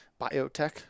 biotech